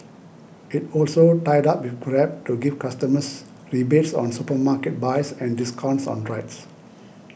it also tied up with Grab to give customers rebates on supermarket buys and discounts on rides